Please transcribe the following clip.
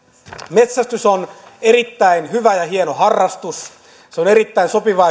metsästys on erittäin hyvä ja hieno harrastus se on erittäin sopiva